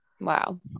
Wow